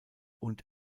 und